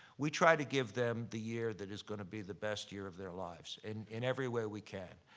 we try to give them the year that is gonna be the best year of their lives and in every way we can.